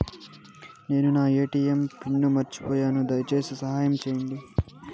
నేను నా ATM pin మర్చిపోయాను, దయచేసి సహాయం చేయండి